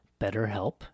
BetterHelp